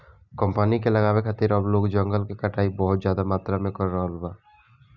company के लगावे खातिर अब लोग जंगल के कटाई बहुत ज्यादा मात्रा में कर रहल बा